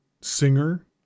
singer